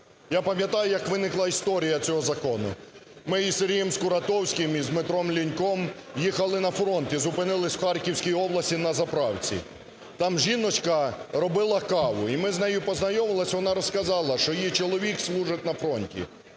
Я пам'ятаю, як виникла історія цього закону. Ми із Сергієм Скуратовським і з Дмитром Ліньком їхали на фронт і зупинились у Харківській області на заправці. Там жіночка робила каву, і ми з нею познайомились, і вона розказала, що її чоловік служить фронті,